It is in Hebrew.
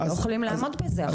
הם לא יכולים לעמוד בזה.